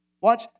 watch